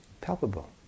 palpable